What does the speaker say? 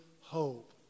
hope